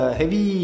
heavy